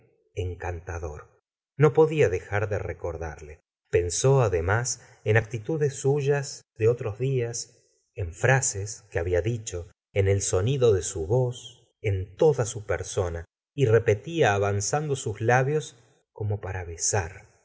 encantador no podía dejar de recordarle pensó además en actitudes suyas de otros días en frases que habla dicho en el sonido de su voz en toda su persona y repetía avanzando sus labios como para besar